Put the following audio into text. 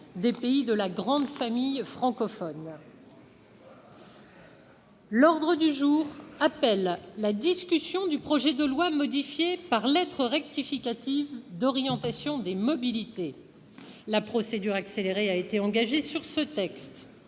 des pays de la grande famille francophone. L'ordre du jour appelle la discussion du projet de loi, modifié par lettre rectificative, d'orientation des mobilités (projet n° 157 rectifié, texte